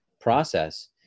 process